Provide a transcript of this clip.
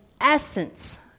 essence